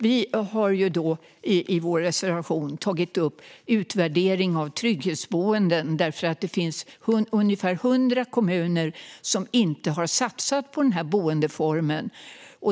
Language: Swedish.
Vi har i vår reservation tagit upp utvärdering av trygghetsboenden. Det finns ungefär 100 kommuner som inte har satsat på den här boendeformen.